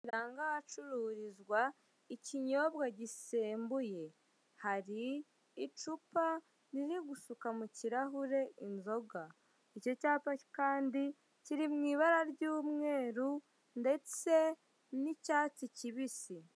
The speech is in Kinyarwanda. Icyapa kiranga ahacururizwa ikinyobwa gisembuye. Hari icupa riri gusuka mu kirahure inzoga. Icyo cyapa kandi kiri mu ibara ry'umweru ndetse n'icyatsi kibisi.